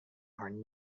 are